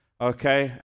okay